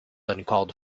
uncalled